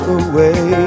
away